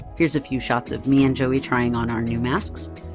here's a few shots of me and joey trying on our new masks.